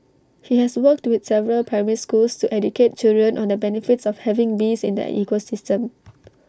he has worked with several primary schools to educate children on the benefits of having bees in the ecosystem